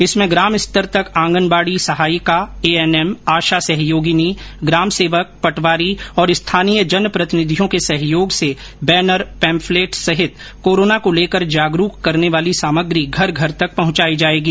इसमें ग्राम स्तर तक आंगनबाड़ी सहायिका एएनएम आशा सहयोगिनी ग्राम सेवक पटवारी और स्थानीय जनप्रतिनिधियों के सहयोग से बैनर पैम्पलेट सहित कोरोना को लेकर जागरूक करने वाली सामग्री घर घर तक पहुंचाई जाएगी